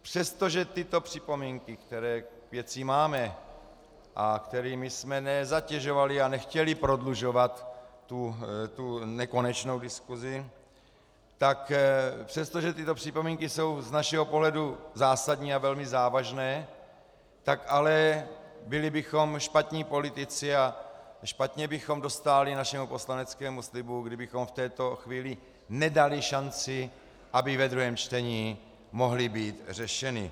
Přestože tyto připomínky, které k věci máme a kterými jsme nezatěžovali a nechtěli prodlužovat nekonečnou diskusi, tak přestože tyto připomínky jsou z našeho pohledu zásadní a velmi závažné, tak ale byli bychom špatní politici a špatně bychom dostáli našemu poslaneckému slibu, kdybychom v této chvíli nedali šanci, aby ve druhém čtení mohly být řešeny.